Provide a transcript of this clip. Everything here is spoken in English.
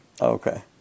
Okay